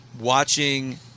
watching